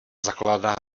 zakládá